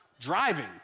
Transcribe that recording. driving